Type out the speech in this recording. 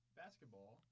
basketball